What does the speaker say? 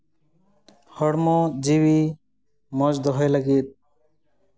ᱦᱚᱲᱢᱚ ᱡᱤᱣᱤ ᱢᱚᱡᱽ ᱫᱚᱦᱚᱭ ᱞᱟᱹᱜᱤᱫ